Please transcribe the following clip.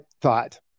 thought